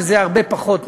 שזה הרבה פחות מס.